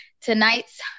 Tonight's